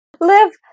Live